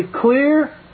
clear